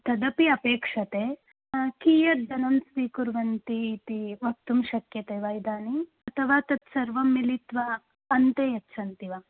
तदपि अपेक्षते कीयद्दनं स्वीकुर्वन्ति इती वक्तुं शक्यते वा इदानीं अथवा तत्सर्वं मिलित्वा अन्ते यच्छन्ति वा